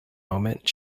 moment